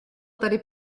tady